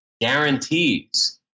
guarantees